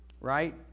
Right